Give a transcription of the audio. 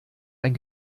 ein